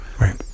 Right